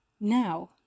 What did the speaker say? now